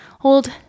hold